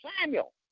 Samuel